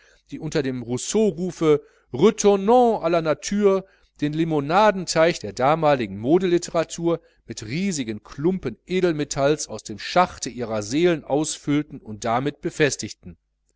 die unter dem rousseaurufe retournons la nature den limonadenteich der damaligen modelitteratur mit riesigen klumpen edelmetalls aus dem schachte ihrer seelen ausfüllten und damit beseitigten